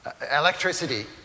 electricity